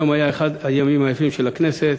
היום היה אחד הימים היפים של הכנסת,